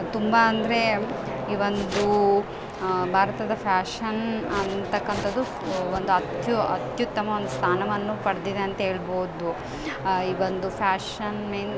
ತುಂಬ ಅಂದರೆ ಇವೊಂದು ಭಾರತದ ಫ್ಯಾಷನ್ ಅಂತಕ್ಕಂಥದ್ದು ಒಂದು ಅತ್ಯು ಅತ್ಯುತ್ತಮ ಒಂದು ಸ್ಥಾನವನ್ನು ಪಡೆದಿದೆ ಅಂತೇಳ್ಬೋದು ಇವೊಂದು ಫ್ಯಾಷನ್